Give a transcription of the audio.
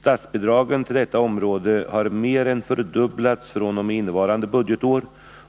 Statsbidragen till detta område har mer än fördubblats fr.o.m. innevarande budgetår